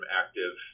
active